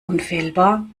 unfehlbar